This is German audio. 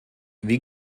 wie